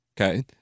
Okay